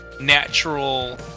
natural